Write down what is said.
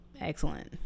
excellent